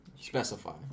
Specify